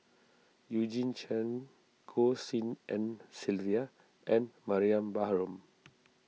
Eugene Chen Goh Tshin En Sylvia and Mariam Baharom